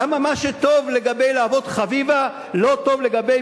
למה מה שטוב לגבי להבות-חביבה לא טוב לגבי